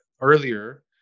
earlier